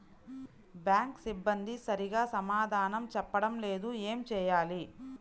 Bank సిబ్బంది సరిగ్గా సమాధానం చెప్పటం లేదు ఏం చెయ్యాలి?